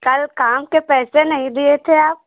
कल काम के पैसे नहीं दिए थे आप